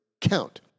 count